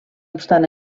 obstant